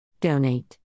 Donate